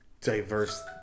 diverse